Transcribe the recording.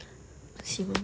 see